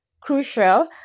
crucial